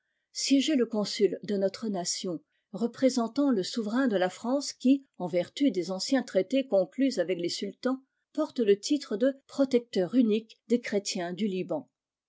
liban siégeait le consul de notre nation représentant le souverain de la france qui en vertu des anciens traités conclus avec les sultans porte le titre de protecteur unique des chrétiens du liban